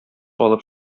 алып